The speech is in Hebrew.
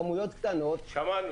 אפילו כמויות קטנות -- שמענו,